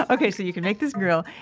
ah okay, so you can make this grill,